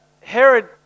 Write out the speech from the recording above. Herod